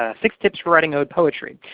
ah six tips for writing ode poetry.